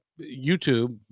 YouTube